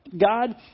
God